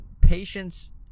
patience